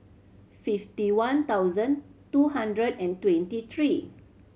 fifty one thousand two hundred and twenty three